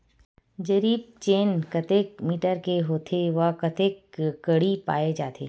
जरीब चेन कतेक मीटर के होथे व कतेक कडी पाए जाथे?